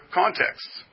contexts